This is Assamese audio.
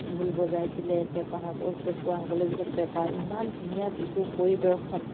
ঢোল বজাইছিলে পেঁপাসকল পেঁপুৱাসকলে যিখিনি পেঁপা ইমান ধুনীয়া বিহু পৰিদৰ্শন